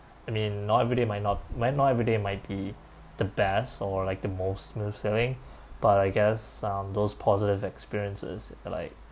I mean not everyday might not might not everyday might be the best or like the most smooth sailing but I guess those um positive experiences like